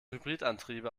hybridantriebe